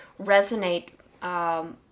resonate